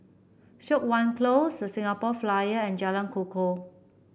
Siok Wan Close The Singapore Flyer and Jalan Kukoh